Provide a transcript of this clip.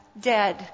dead